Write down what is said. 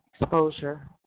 exposure